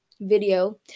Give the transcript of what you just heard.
Video